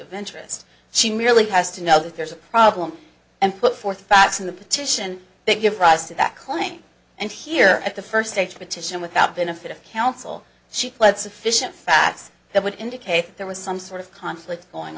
of interest she merely has to know that there's a problem and put forth facts in the petition to give rise to that claim and here at the first stage petition without benefit of counsel she pled sufficient facts that would indicate that there was some sort of conflict going